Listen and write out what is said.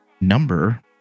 number